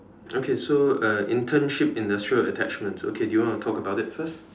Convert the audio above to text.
okay so uh internship industrial attachments okay do you want to talk about it first